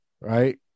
Right